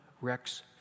Rex